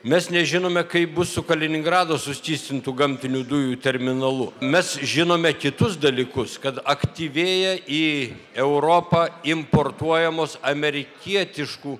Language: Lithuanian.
mes nežinome kaip bus su kaliningrado suskystintų gamtinių dujų terminalu mes žinome kitus dalykus kad aktyvėja į europą importuojamos amerikietiškų